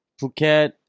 Phuket